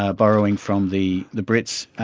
ah borrowing from the the brits,